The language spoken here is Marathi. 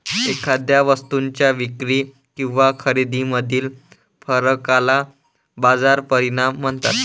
एखाद्या वस्तूच्या विक्री किंवा खरेदीमधील फरकाला बाजार परिणाम म्हणतात